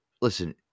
listen